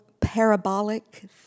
parabolic